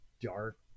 dark